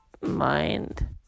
mind